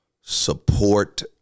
support